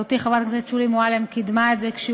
חברתי חברת הכנסת שולי מועלם קידמה אותו.